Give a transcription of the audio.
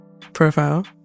profile